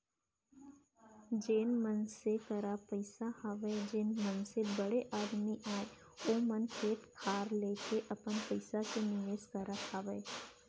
जेन मनसे करा पइसा हवय जेन मनसे बड़े आदमी अय ओ मन खेत खार लेके अपन पइसा के निवेस करत हावय